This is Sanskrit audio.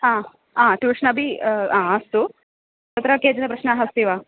ट्यूषन् अपि अस्तु तत्र केचन प्रश्नाः अस्ति वा